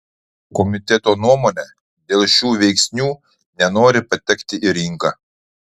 komiteto nuomone dėl šių veiksnių nenori patekti į rinką